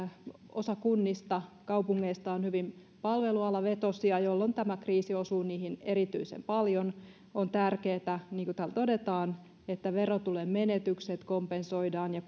osa kunnista ja kaupungeista on hyvin palvelualavetoisia jolloin tämä kriisi osuu niihin erityisen paljon on tärkeää niin kuin täällä todetaan että verotulojen menetykset kompensoidaan ja